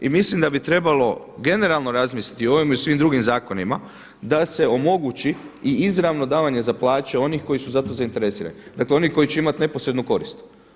I mislim da bi trebalo generalno razmisliti o ovima i svim drugim zakonima da se omogući i izravno davanje za plaće onih koji su za to zainteresirani, dakle oni koji će imati neposrednu korist.